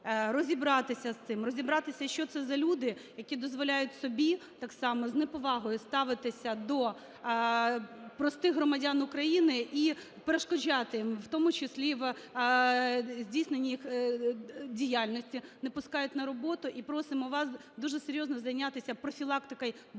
розібратися з цим. Розібратися, що це за люди, які дозволяють собі так само з неповагою ставитися до простих громадян України, і перешкоджати в тому числі в здійсненні їх діяльності, не пускають на роботу. І просимо вас дуже серйозно зайнятися профілактикою безладів,